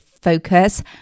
focus